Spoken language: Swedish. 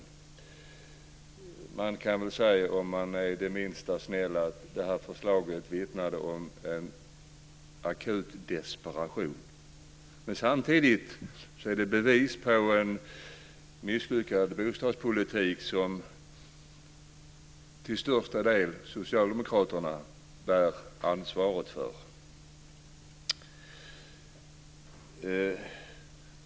Om man är det minsta snäll kan man säga att detta förslag vittnar om en akut desperation. Samtidigt är det bevis på en misslyckad bostadspolitik som socialdemokraterna till största delen bär ansvaret för.